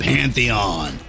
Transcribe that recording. Pantheon